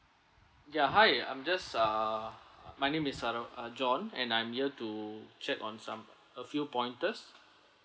ya hi I'm just ah my name is saru~ ah john and I'm here to check on some a few pointers